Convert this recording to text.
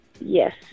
Yes